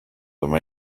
them